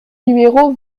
numéro